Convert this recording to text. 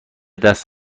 دست